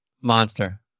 monster